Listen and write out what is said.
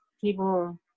people